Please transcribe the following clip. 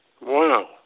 Wow